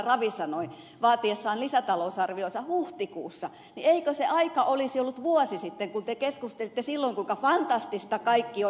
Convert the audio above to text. ravi sanoi vaatiessaan lisätalousarviota huhtikuussa niin eikö se aika olisi ollut vuosi sitten kun te keskustelitte silloin kuinka fantastista kaikki on